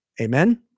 Amen